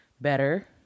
better